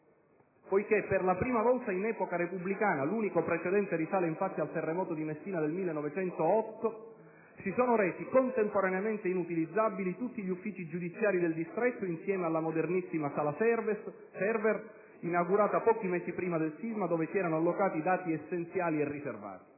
poiché per la prima volta in epoca repubblicana (l'unico precedente risale, infatti, al terremoto di Messina del 1908) si sono resi contemporaneamente inutilizzabili tutti gli uffici giudiziari del distretto, insieme alla modernissima sala *server*, inaugurata pochi mesi prima del sisma, dove erano allocati dati essenziali e riservati.